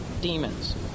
demons